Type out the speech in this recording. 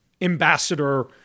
ambassador